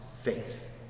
faith